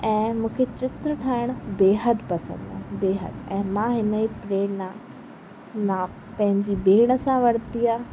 ऐं मूंखे चित्र ठाहिणु बेहदि पसंदि आहे बेहदि ऐं मां हिन जी प्रेरणा ना पंहिंजी भेण सां वरिती आहे